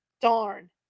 Darn